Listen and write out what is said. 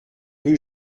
rue